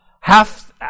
half